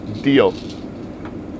Deal